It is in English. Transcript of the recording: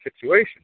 situation